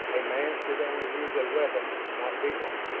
a man should only use a weapon, not be one!